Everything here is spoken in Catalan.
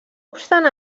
obstant